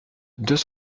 deux